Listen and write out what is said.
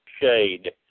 shade